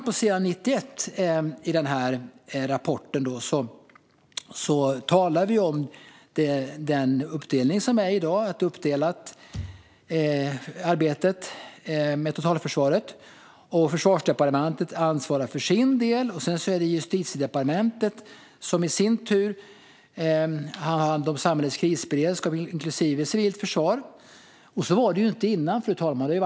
På s. 91 i rapporten talar vi alltså om att arbetet med totalförsvaret är uppdelat. Försvarsdepartementet ansvarar för sin del, och så är det Justitiedepartementet som har hand om samhällets krisberedskap inklusive civilförsvaret. Så var det inte tidigare, fru talman.